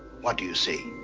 what do you see?